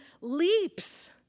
leaps